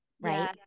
Right